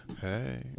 hey